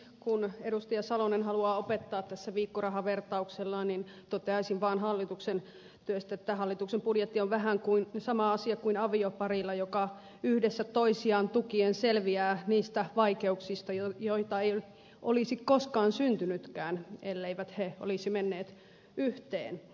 kun edustaja salonen haluaa opettaa tässä viikkorahavertauksellaan niin toteaisin vaan hallituksen työstä että hallituksen budjetti on vähän sama asia kuin on tilanne avioparilla joka yhdessä toisiaan tukien selviää niistä vaikeuksista joita ei olisi koskaan syntynytkään elleivät he olisi menneet yhteen